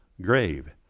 grave